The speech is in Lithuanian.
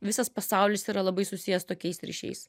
visas pasaulis yra labai susijęs tokiais ryšiais